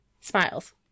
smiles